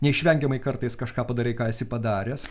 neišvengiamai kartais kažką padarai ką esi padaręs